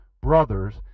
brothers